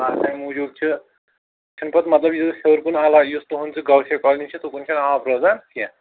آ اَمہِ موٗجوٗب چھِ چھِنہٕ پَتہٕ مطلب یہِ أسۍ ہیوٚر کُن علاقہٕ یُس تُہُنٛد سُہ گوسیہ کالنی چھِ تُکُن چھُنہٕ آب روزان کیٚنٛہہ